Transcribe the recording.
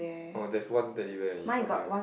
oh there's one Teddy Bear only from here